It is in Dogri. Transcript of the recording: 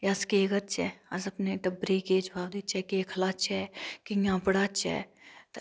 अस केह् करचै अस अपने टब्बरा ई केह् जवाब देचै केह् खलाचै कियां पढ़ाचै